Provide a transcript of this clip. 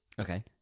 Okay